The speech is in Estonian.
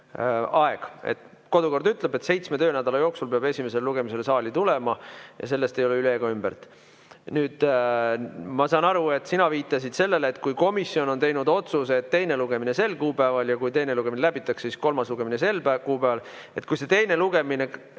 Kodukord ütleb, et seitsme töönädala jooksul peab esimesele lugemisele saali tulema ja sellest ei saa üle ega ümber. Nüüd, ma saan aru, et sina viitasid sellele, et kui komisjon on teinud otsuse, et teine lugemine sel kuupäeval ja kui teine lugemine lõpetatakse, siis kolmas lugemine sel kuupäeval, siis kui see teine lugemine ei